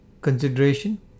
consideration